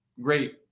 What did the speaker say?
Great